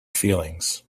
feelings